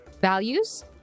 Values